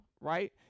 right